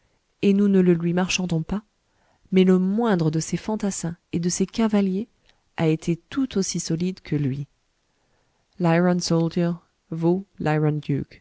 et nous ne le lui marchandons pas mais le moindre de ses fantassins et de ses cavaliers a été tout aussi solide que lui liron soldier vaut